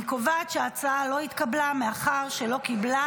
אני קובעת שההצעה לא התקבלה מאחר שלא קיבלה